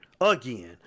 again